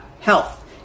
Health